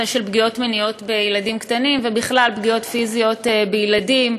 בנושא של פגיעות מיניות בילדים קטנים ובכלל בפגיעות פיזיות בילדים.